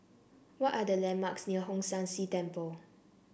what are the landmarks near Hong San See Temple